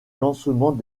lancement